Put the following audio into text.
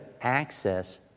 access